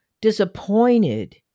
disappointed